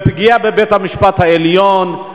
בפגיעה בבית-המשפט העליון,